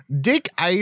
Dick